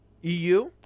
EU